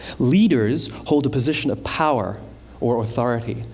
leaders hold a position of power or authority,